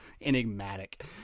Enigmatic